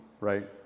right